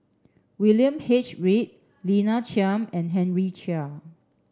William H Read Lina Chiam and Henry Chia